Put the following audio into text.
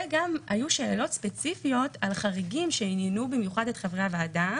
וגם היו שאלות ספציפיות על חריגים שעניינו במיוחד את חברי הוועדה.